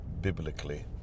biblically